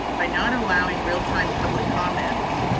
by not allowing real time public comments,